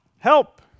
help